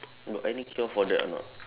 got any cure for that or not